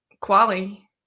quali